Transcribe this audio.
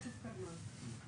לא, תגיד לי מה אתה מבקש שייכתב.